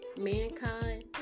mankind